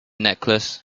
necklace